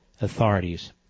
authorities